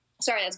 Sorry